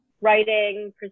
writing